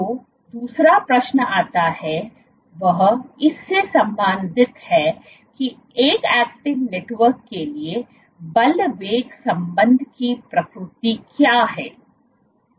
जो दूसरा प्रश्न आता है वह इससे संबंधित है कि एक एक्टिन नेटवर्क के लिए बल वेग संबंध की प्रकृति क्या है